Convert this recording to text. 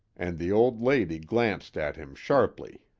and the old lady glanced at him sharply.